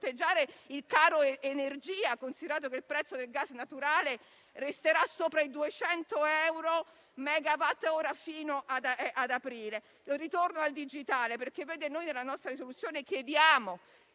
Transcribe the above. il caro energia, considerato che il prezzo del gas naturale resterà sopra i 200 euro/megawattora fino ad aprile. Ritorno al digitale: noi nella nostra risoluzione chiediamo di